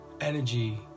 energy